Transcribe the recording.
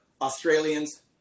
australians